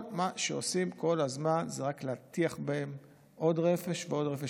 כל מה שעושים כל הזמן זה רק להטיח בהם עוד רפש ועוד רפש